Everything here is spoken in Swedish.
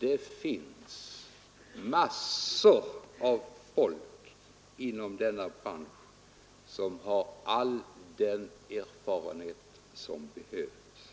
Det finns massor av människor inom denna bransch som har all den erfarenhet som behövs.